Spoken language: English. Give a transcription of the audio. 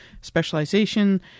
specialization